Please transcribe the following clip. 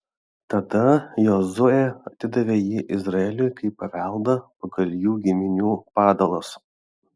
tada jozuė atidavė jį izraeliui kaip paveldą pagal jų giminių padalas